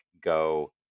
go